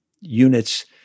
units